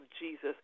jesus